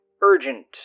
urgent